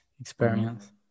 experience